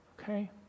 Okay